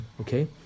okay